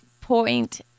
point